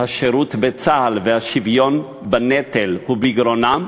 השירות בצה"ל והשוויון בנטל היא בגרונם,